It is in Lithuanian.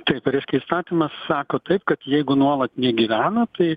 taip reiškia įstatymas sako taip kad jeigu nuolat negyvena tai